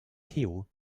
theo